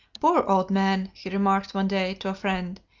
poor old man, he remarked one day, to a friend,